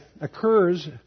occurs